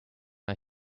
are